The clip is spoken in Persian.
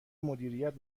مدیریت